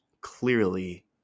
clearly